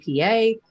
APA